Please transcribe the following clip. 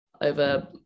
over